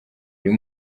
uyu